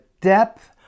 depth